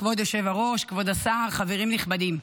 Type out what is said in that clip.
כבוד היושב-ראש, כבוד השר, חברים נכבדים,